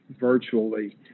virtually